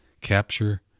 capture